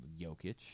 Jokic